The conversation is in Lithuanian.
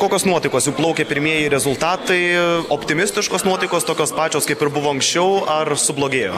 kokios nuotaikos jau plaukia pirmieji rezultatai optimistiškos nuotaikos tokios pačios kaip ir buvo anksčiau ar sublogėjo